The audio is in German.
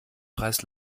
preis